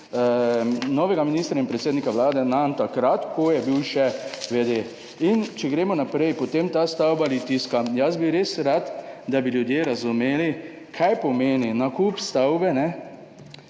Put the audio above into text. novega ministra in predsednika Vlade nanj takrat, ko je bil še vede. Če gremo naprej, potem ta stavba Litijska. Jaz bi res rad, da bi ljudje razumeli, kaj pomeni nakup stavbe za